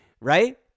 right